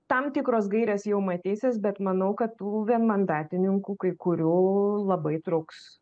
tam tikros gairės jau matysis bet manau kad tų vienmandatininkų kai kurių labai trūks